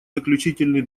заключительный